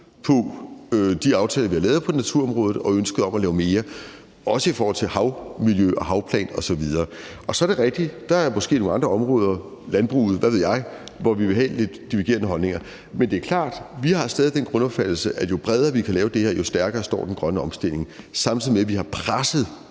med de aftaler, vi har lavet på naturområdet, og ønsket om at lave mere, også i forhold til havmiljø og havplan osv. Så er det rigtigt, at der måske er nogle andre områder – landbruget, og hvad ved jeg – hvor vi vil have lidt divergerende holdninger. Men det er klart, at vi stadig har den grundopfattelse, at jo bredere vi kan lave det her, jo stærkere står den grønne omstilling, samtidig med at vi har presset